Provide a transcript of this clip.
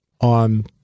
on